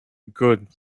good